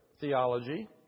theology